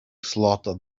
slaughter